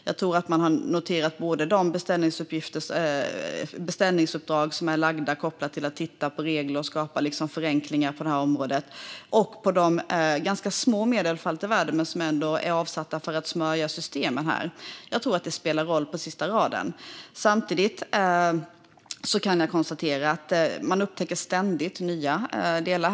Jag tror att man har noterat de beställningsuppdrag som är lagda kopplat till att titta på regler och skapa förenklingar på det här området, men också de medel - ganska små för all del - som har avsatts för att smörja systemen. Jag tror att det spelar roll på sista raden. Samtidigt kan jag konstatera att man ständigt upptäcker nya delar.